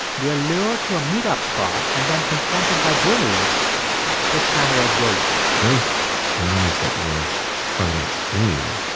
they are lured to a meet-up spot and then confronted by journalists with cameras rolling those guys that were part of that sting,